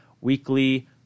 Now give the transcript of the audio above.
weekly